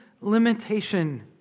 limitation